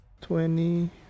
twenty